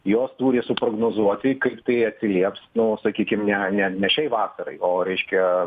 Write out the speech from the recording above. jos turi suprognozuoti kaip tai atsilieps nu sakykim ne ne šiai vasarai o reiškia